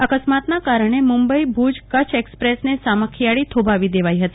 અકસ્માતના કારણે મુંબઈ ભુજ કચ્છ એક્સપ્રેસને સામખીયાળી થોભાવી દેવાઈ હતી